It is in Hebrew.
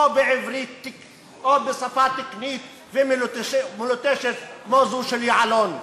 או בשפה תקנית ומלוטשת כמו זו של יעלון?